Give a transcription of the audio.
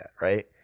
right